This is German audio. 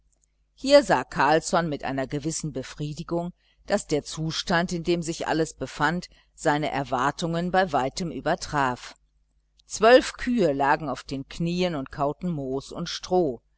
hier sah carlsson mit einer gewissen befriedigung daß der zustand in dem sich alles befand seine erwartungen bei weitem übertraf zwölf kühe lagen auf den knien und kauten moos und